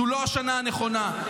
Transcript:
זו לא השנה הנכונה,